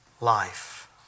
life